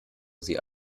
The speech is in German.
sie